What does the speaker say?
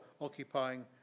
occupying